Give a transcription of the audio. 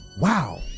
wow